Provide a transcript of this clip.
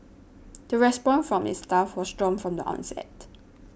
the response from its staff was strong from the onset